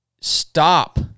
stop